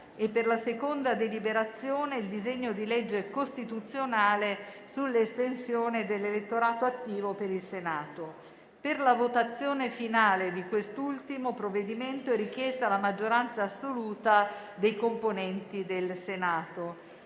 e, per la seconda deliberazione, il disegno di legge costituzionale sull'estensione dell'elettorato attivo per il Senato. Per la votazione finale di quest'ultimo provvedimento è richiesta la maggioranza assoluta dei componenti del Senato.